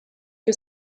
que